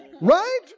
right